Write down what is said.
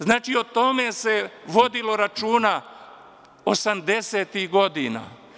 Znači, o tome se vodilo računa osamdesetih godina.